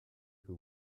who